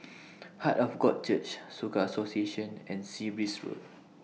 Heart of God Church Soka Association and Sea Breeze Road